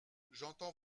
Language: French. j’entends